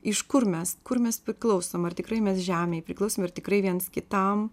iš kur mes kur mes priklausom ar tikrai mes žemei priklausom ir tikrai viens kitam